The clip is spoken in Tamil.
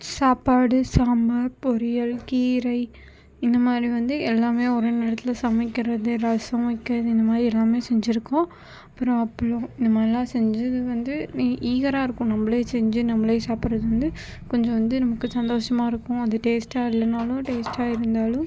சாப்பாடு சாம்பார் பொரியல் கீரை இந்தமாதிரி வந்து எல்லாம் ஒரே நேரத்தில் சமைக்கிறது ரசம் வைக்கிறது இந்தமாதிரி எல்லாம் செஞ்சுருக்கோம் அப்புறம் அப்பளம் இந்தமாதிரிலாம் செஞ்சது வந்து ஈகராக இருக்கும் நம்மளே செஞ்சு நம்மளே சாப்பிடுறது வந்து கொஞ்சம் வந்து நமக்கு சந்தோஷமாக இருப்போம் அது டேஸ்ட்டாக இல்லைனாலும் டேஸ்ட்டாக இருந்தாலும்